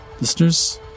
Listeners